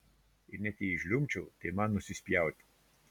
ir net jei žliumbčiau tai man nusispjauti